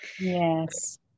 Yes